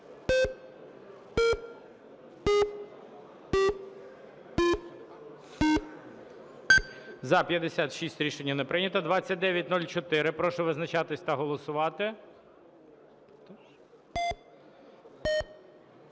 За-56 Рішення не прийнято. 2904. Прошу визначатися та голосувати.